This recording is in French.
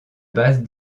base